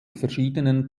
verschiedenen